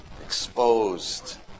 exposed